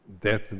death